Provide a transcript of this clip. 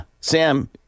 Sam